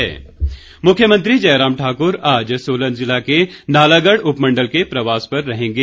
मुख्यमंत्री प्रवास मुख्यमंत्री जयराम ठाकुर आज सोलन जिला के नालागढ़ उपमण्डल के प्रवास पर रहेंगे